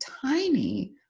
tiny